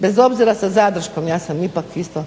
bez obzira sa zadrškom ja sam ipak isto